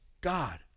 God